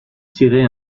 tirer